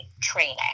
training